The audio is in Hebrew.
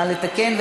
נא לתקן.